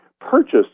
purchase